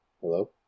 Hello